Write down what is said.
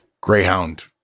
greyhound